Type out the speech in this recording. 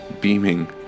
beaming